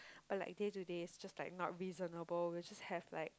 but like day to day is just like not reasonable we just have like